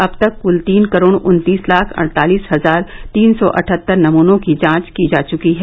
अब तक कुल तीन करोड़ उन्तीस लाख अड़तालीस हजार तीन सौ अठहत्तर नमूनों की जांच की जा चुकी है